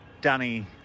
Danny